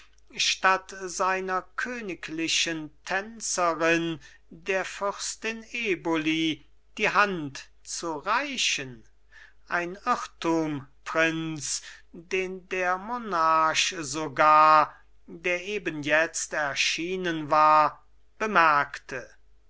statt seiner königlichen tänzerin der fürstin eboli die hand zu reichen ein irrtum prinz den der monarch sogar der eben jetzt erschienen war bemerkte